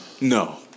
No